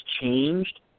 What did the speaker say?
changed